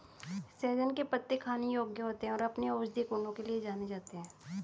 सहजन के पत्ते खाने योग्य होते हैं और अपने औषधीय गुणों के लिए जाने जाते हैं